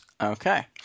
Okay